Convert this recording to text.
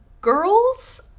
girls